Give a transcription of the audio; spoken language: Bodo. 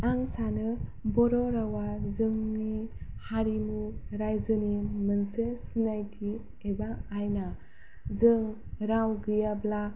आं सानो बर' रावआ जोंनि हारिमु रायजोनि मोनसे सिनायथि एबा आइना जों राव गैयाब्ला